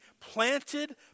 planted